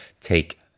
take